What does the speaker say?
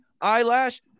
eyelash